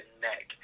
neck